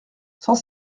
cent